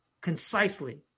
concisely